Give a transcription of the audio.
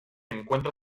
encuentra